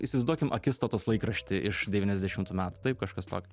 įsivaizduokim akistatos laikraštį iš devyniasdešimtų metų taip kažkas tokio